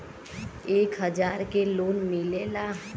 एक हजार के लोन मिलेला?